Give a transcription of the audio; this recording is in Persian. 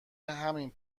همین